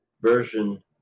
version